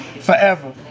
Forever